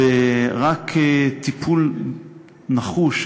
ורק טיפול נחוש,